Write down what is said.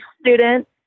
student